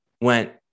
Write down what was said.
went